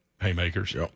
haymakers